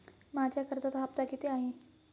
माझा कर्जाचा हफ्ता किती आहे?